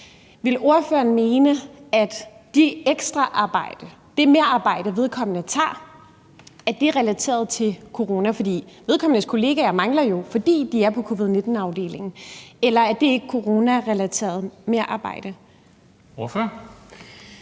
Vil ordføreren mene, at det merarbejde, vedkommende tager, er relateret til corona, for vedkommendes kolleger mangler jo, fordi de er på covid-19-afdelingen, eller er det ikke coronarelateret merarbejde? Kl.